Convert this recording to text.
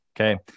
Okay